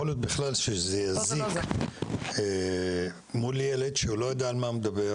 יכול להיות בכלל שזה יזיק מול ילד שלא יודע על מה הוא מדבר.